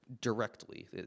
directly